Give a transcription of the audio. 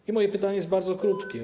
I moje pytanie jest bardzo krótkie.